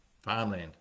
farmland